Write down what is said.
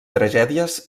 tragèdies